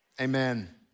amen